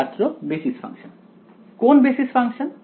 ছাত্র basis function কোন basis function